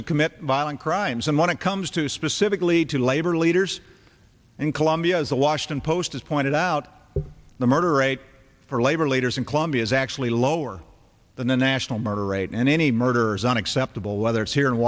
who commit violent crimes and when it comes to specifically to labor leaders in colombia as the washington post is pointed out the murder rate for labor leaders and club is actually lower than the national murder rate and any murder is unacceptable whether it's here in